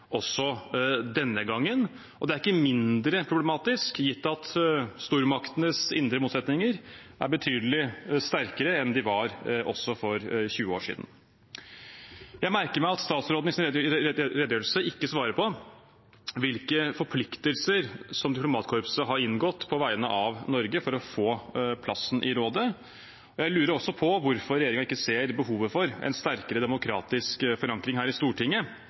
også denne gangen, og det er ikke mindre problematisk gitt at stormaktenes indre motsetninger er betydelig sterkere enn de var for 20 år siden. Jeg merker meg at utenriksministeren i sin redegjørelse ikke svarer på hvilke forpliktelser som diplomatkorpset har inngått på vegne av Norge for å få plassen i rådet. Jeg lurer også på hvorfor regjeringen ikke ser behovet for en sterkere demokratisk forankring her i Stortinget